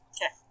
Okay